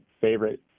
favorite